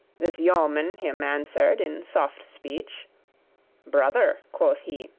this yeoman him answered in soft speech brother, quoth he,